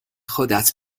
خودت